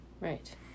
right